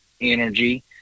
energy